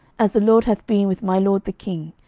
as the lord hath been with my lord the king,